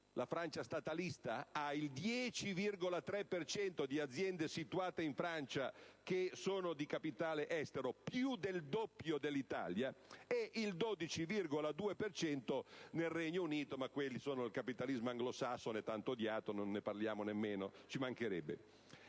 la Francia statalista che ha il 10,3 per cento di aziende situate in Francia che sono di capitale estero, più del doppio dell'Italia, e il 12,2 per cento nel Regno Unito, ma quello è il capitalismo anglosassone, tanto odiato: non parliamone nemmeno, ci mancherebbe),